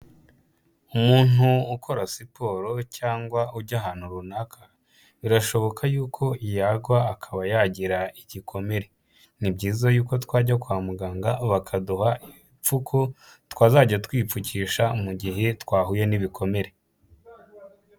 Umuntu ukora siporo cyangwa ujya ahantu runaka birashoboka yuko yagwa akaba yagira igikomere, ni byiza yuko twajya kwa muganga bakaduha ibipfuko twazajya twipfukisha mu gihe twahuye n'ibikomere.